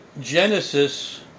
Genesis